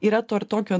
yra to ir tokio